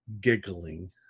giggling